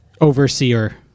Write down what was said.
overseer